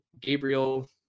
Gabriel